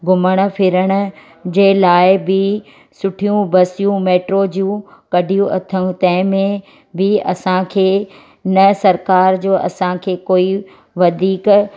घुमण फिरण जे लाइ बि सुठियूं बसियूं मैट्रो जूं कॾियूं अथव तंहिंमें बि असांखे न सरकार जो असांखे कोई वधीक